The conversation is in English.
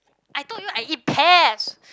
I told you I eat pears